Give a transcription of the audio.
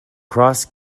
cross